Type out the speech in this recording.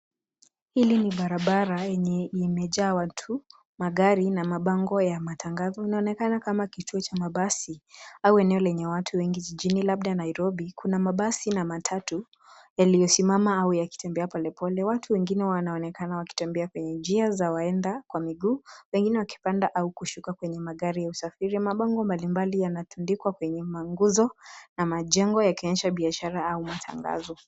Hili ni barabara yenye imejaa watu, magari na mabango ya matangazo. Inaonekana kama kituo cha mabasi au eneo lenye watu wengi jijini labda Nairobi. Kuna mabasi na matatu yaliyosimama au yakitembea pole pole. Watu wengine wanaonekana wakitembea kwenye njia za waenda kwa miguu, pengine wakipanda au kushuka kwenye magari ya usafiri. Mabango mbali mbali yanatundikwa kwenye manguzo na majengo yakionyesha biashara au matangazo.